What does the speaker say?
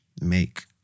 make